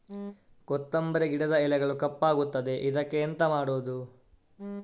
ಕೊತ್ತಂಬರಿ ಗಿಡದ ಎಲೆಗಳು ಕಪ್ಪಗುತ್ತದೆ, ಇದಕ್ಕೆ ಎಂತ ಮಾಡೋದು?